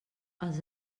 els